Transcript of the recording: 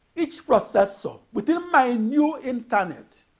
each processor within my new internet